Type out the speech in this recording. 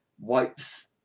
Wipes